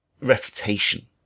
reputation